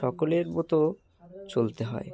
সকলের মতো চলতে হয়